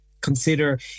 consider